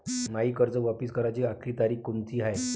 मायी कर्ज वापिस कराची आखरी तारीख कोनची हाय?